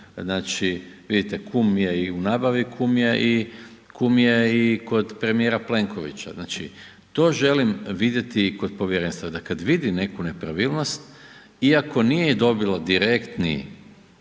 znači vidite kum je i u nabavi, kum je i kod premijera Plenkovića. Znači to želim vidjeti kod povjerenstva, da kad vidi neku nepravilnost iako nije dobilo direktni